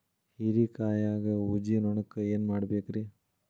ಹೇರಿಕಾಯಾಗ ಊಜಿ ನೋಣಕ್ಕ ಏನ್ ಮಾಡಬೇಕ್ರೇ?